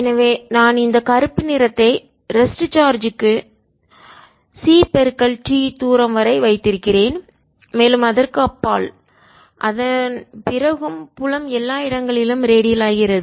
எனவே நான் இந்த கருப்பு நிறத்தை ரெஸ்ட் சார்ஜ் க்கு ct தூரம் வரை வைத்திருக்கிறேன் மேலும் அதற்கு அப்பால் அதன் பிறகு புலம் எல்லா இடங்களிலும் ராடியால் ஆகிறது